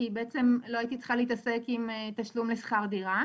כי בעצם לא הייתי צריכה להתעסק עם תשלום לשכר דירה